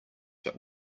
but